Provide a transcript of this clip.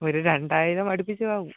ഒരു രണ്ടായിരം അടുപ്പിച്ചു ആവും